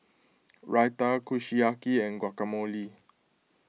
Raita Kushiyaki and Guacamole